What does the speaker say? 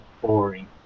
boring